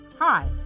hi